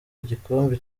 igikombe